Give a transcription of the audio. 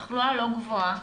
תחלואה לא גבוהה,